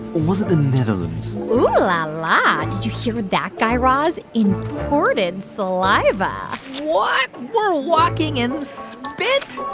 was it the netherlands? ooh la la. did you hear that, guy raz? imported saliva what? we're walking in spit?